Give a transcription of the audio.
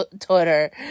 Twitter